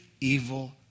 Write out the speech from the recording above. evil